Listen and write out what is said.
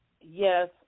Yes